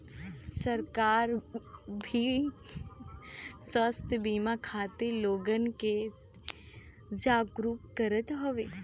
सरकार भी स्वास्थ बिमा खातिर लोगन के जागरूक करत हउवे